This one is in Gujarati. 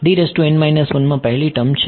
માં પહેલી ટર્મ છે